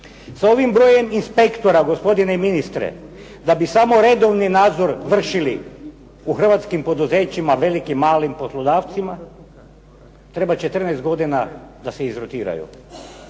Sa ovim brojem inspektora gospodine ministre da bi samo redovni nadzor vršili u hrvatskim poduzećima velikim, malim poslodavcima treba 14 godina da se izrotiraju.